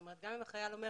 גם אם החייל אומר,